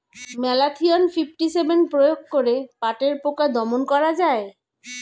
Malathion fifty seven প্রয়োগ করে পাটের পোকা দমন করা যায়?